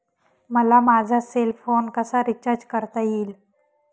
मला माझा cell phone कसा रिचार्ज करता येईल?